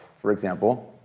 for example,